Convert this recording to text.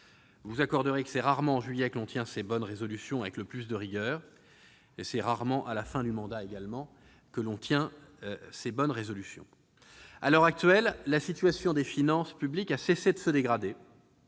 Vous m'accorderez que c'est rarement en juillet que l'on tient ses bonnes résolutions avec le plus de rigueur ! De même, c'est rarement à la fin d'un mandat que l'on tient ses bonnes résolutions ! À l'heure actuelle, la situation des finances publiques a cessé de se dégrader,